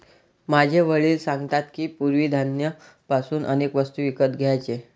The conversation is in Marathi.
माझे वडील सांगतात की, पूर्वी धान्य पासून अनेक वस्तू विकत घ्यायचे